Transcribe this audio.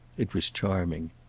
it was charming.